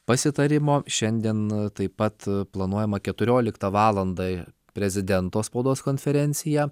pasitarimo šiandien taip pat planuojama keturioliktą valandą prezidento spaudos konferencija